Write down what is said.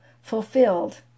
fulfilled